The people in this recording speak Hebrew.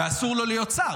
ואסור לו להיות שר.